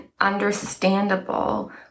understandable